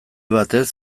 batez